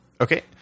Okay